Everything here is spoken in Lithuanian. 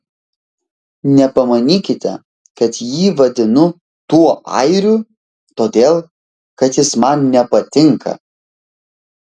nepamanykite kad jį vadinu tuo airiu todėl kad jis man nepatinka